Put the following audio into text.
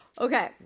Okay